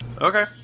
Okay